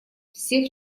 всех